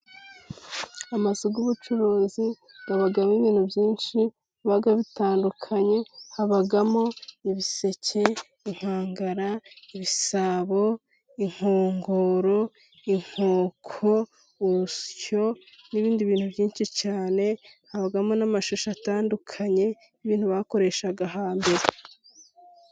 Amazu y'ubucuruzi abamo ibintu byinshi biba bitandukanye habamo: ibiseke, inkangara ,ibisabo ,inkongoro, inkoko ,urusyo n'ibindi bintu byinshi cyane, habamo n'amashusho atandukanye y'ibintu bakoreshaga hambere.